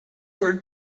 were